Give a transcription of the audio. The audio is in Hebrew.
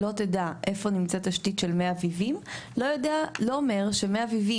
לא תדע איפה נמצאת תשתית של מי אביבים לא אומר שמי אביבים